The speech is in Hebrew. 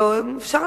אפשר